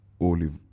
olive